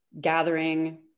gathering